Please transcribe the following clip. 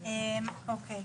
לי אין את הנתונים האלה.